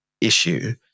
issue